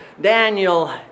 Daniel